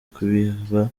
kubiba